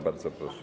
Bardzo proszę.